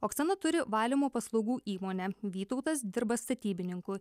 oksana turi valymo paslaugų įmonę vytautas dirba statybininku